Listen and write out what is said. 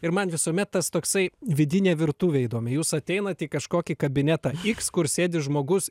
ir man visuomet tas toksai vidinė virtuvė įdomi jūs ateinat į kažkokį kabinetą iks kur sėdi žmogus